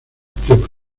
tema